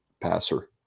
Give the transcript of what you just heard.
passer